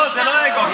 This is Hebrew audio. לא, זה לא אגו.